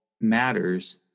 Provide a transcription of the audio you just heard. matters